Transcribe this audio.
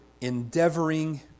endeavoring